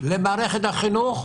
למערכת החינוך,